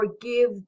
forgive